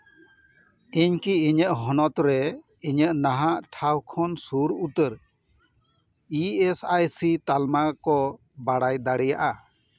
ᱤᱧᱠᱤ ᱤᱧᱟᱹᱜ ᱦᱚᱱᱚᱛ ᱨᱮ ᱤᱧᱟᱹᱜ ᱱᱟᱡᱟᱜ ᱴᱷᱟᱶ ᱠᱷᱚᱱ ᱥᱩᱨ ᱩᱛᱟᱹᱨ ᱤ ᱮᱥ ᱟᱭ ᱥᱤ ᱛᱟᱞᱢᱟ ᱠᱚ ᱵᱟᱲᱟᱭ ᱫᱟᱲᱤᱭᱟᱜᱼᱟ